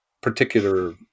particular